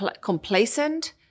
complacent